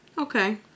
Okay